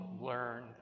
learn